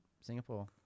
Singapore